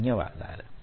ధన్యవాదాలు